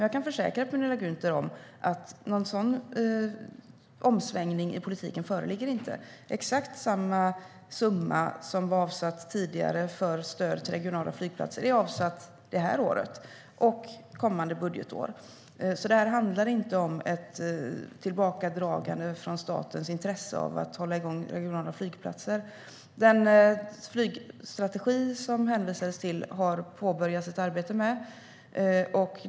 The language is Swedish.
Jag kan försäkra Penilla Gunther om att någon sådan omsvängning i politiken inte föreligger. Exakt samma summa som tidigare var avsatt för stöd till regionala flygplatser har avsatts det här året och kommande budgetår. Det handlar inte om ett tillbakadragande av statens intresse att hålla igång regionala flygplatser. Den flygstrategi som det hänvisades till har påbörjat sitt arbete.